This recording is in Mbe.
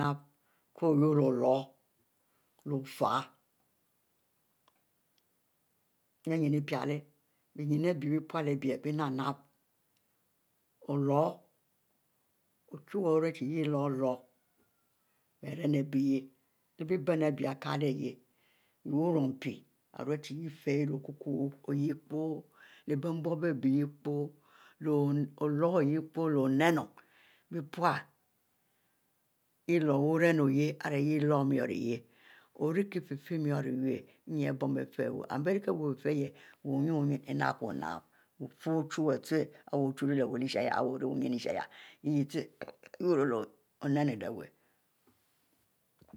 K'o ourie leh olor leh ofie lyie ninn ipiele bie nyin ari bie pule ari bie nap-nap olor, ochuwu oriu chie yeh ilor-ilor bieremabieh leh biebenuo ari bie ari kiele yeh yeh wumpie yeh ifieh leh okukwu epoh leh bie nbuobob epoh leh oloro oyeh leh oninu bepule yeh iloro wu ren oyeh irie yeh loro mur iyah ori kie-fie-fieh mu iwu ninne bon bie fie wuie and bie rie kie fie-fieh yah wu-wuninn-uninn inap ko nap kofie ochuwue ute ari wu ochu lyiel wu lel shieh nyin ute owurro oninu leh wu